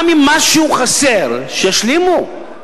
גם אם משהו חסר, שישלימו.